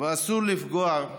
ואסור לפגוע,